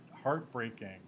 Heartbreaking